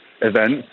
events